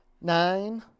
nine